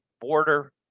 border